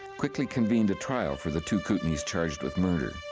quickly convened a trial for the two kootenays charged with murder.